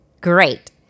Great